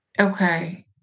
Okay